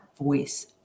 voice